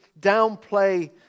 downplay